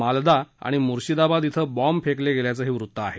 मालदा आणि मुर्शीदाबाद श्वे बॉम्ब फेकले गेल्याचंही वृत्त आहे